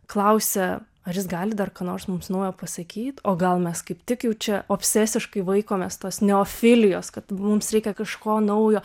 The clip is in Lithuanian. klausia ar jis gali dar ką nors mums naujo pasakyt o gal mes kaip tik jau čia obcesiškai vaikomės tos neofilijos kad mums reikia kažko naujo